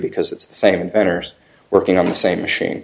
because it's the same inventors working on the same machine